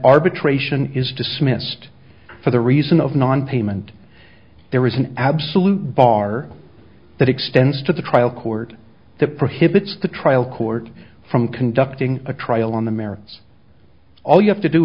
arbitration is dismissed for the reason of nonpayment there is an absolute bar that extends to the trial court that prohibits the trial court from conducting a trial on the merits all you have to do